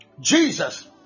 Jesus